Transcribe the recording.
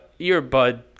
earbud